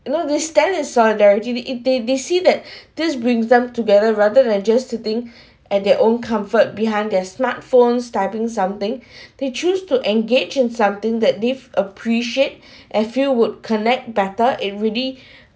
you know they stand in solidarity it they they see that this brings them together rather than just sitting at their own comfort behind their smartphones typing something they choose to engage in something that they've appreciate and feel would connect better it ready